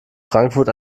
frankfurt